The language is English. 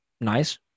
nice